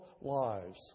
lives